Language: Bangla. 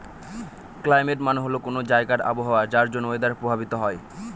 ক্লাইমেট মানে হল কোনো জায়গার আবহাওয়া যার জন্য ওয়েদার প্রভাবিত হয়